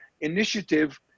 initiative